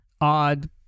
odd